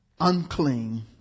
unclean